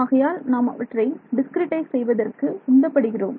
ஆகையால் நாம் அவற்றை டிஸ்கிரிட்டைஸ் செய்வதற்கு உந்தப்படுகிறோம்